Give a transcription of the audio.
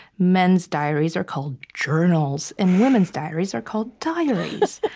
men's diaries are called journals, and women's diaries are called diaries.